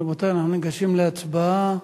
רבותי, אנחנו ניגשים להצבעה.